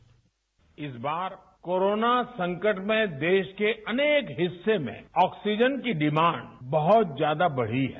bite इस बार corona संकट में देश के अनेक हिस्से में ऑक्सीान की डिमांड बहुत ज्याका बढ़ी है